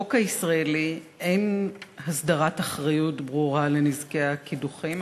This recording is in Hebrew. בחוק הישראלי אין הסדרת אחריות ברורה לנזקי הקידוחים,